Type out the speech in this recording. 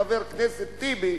חבר הכנסת טיבי,